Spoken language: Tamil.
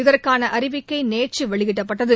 இதற்கான அறிவிக்கை நேற்று வெளியிடப்பட்டது